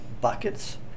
buckets